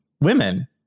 women